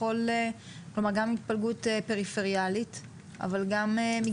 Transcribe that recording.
כלומר גם התפלגות פריפריאלית אבל גם מגזרית.